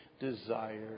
Desire